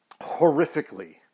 Horrifically